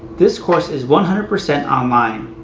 this course is one hundred percent online,